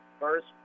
First